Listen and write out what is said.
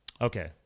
Okay